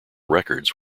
records